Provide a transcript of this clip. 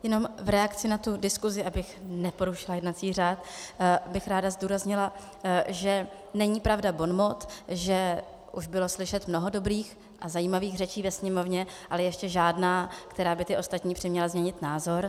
Jenom v reakci na tu diskusi, abych neporušila jednací řád, bych ráda zdůraznila, že není pravda bonmot, že už bylo slyšet mnoho dobrých a zajímavých řečí ve Sněmovně, ale ještě žádná, která by ty ostatní přiměla změnit názor.